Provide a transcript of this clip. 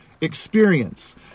experience